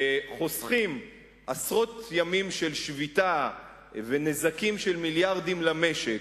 וחוסכים עשרות ימים של שביתה ונזקים של מיליארדים למשק,